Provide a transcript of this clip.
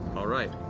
all right,